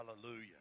Hallelujah